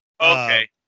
Okay